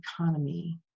economy